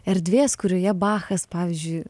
erdvės kurioje bachas pavyzdžiui